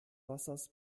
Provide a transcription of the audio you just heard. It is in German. wassers